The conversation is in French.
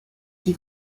qui